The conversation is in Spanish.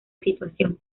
situación